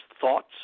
Thoughts